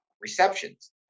receptions